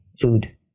food